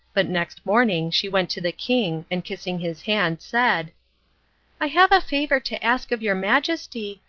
but next morning she went to the king, and kissing his hand said i have a favour to ask of your majesty,